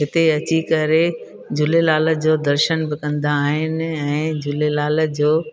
हिते अची करे झूलेलाल जो दर्शनु बि कंदा आहिनि ऐं झूलेलाल जो